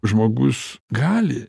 žmogus gali